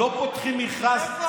לא פותחים מכרז,